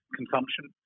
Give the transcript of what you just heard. consumption